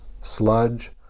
sludge